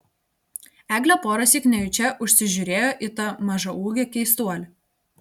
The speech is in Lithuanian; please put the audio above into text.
eglė porąsyk nejučia užsižiūrėjo į tą mažaūgį keistuolį